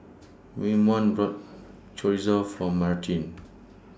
Waymon bought Chorizo For Martine